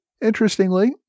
Interestingly